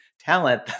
talent